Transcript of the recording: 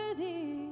worthy